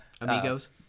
amigos